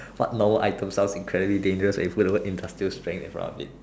what normal item sounds incredibly dangerous when you put the word industrial strength in front of it